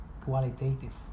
qualitative